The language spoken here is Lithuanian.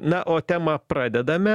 na o temą pradedame